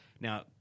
Now